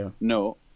No